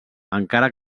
encara